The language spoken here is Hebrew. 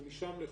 ומשם לחו"ל,